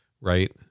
right